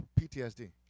PTSD